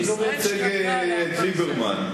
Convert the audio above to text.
אני לא מייצג את ליברמן.